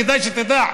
כדאי שתדע,